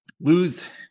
lose